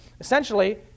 Essentially